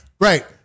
Right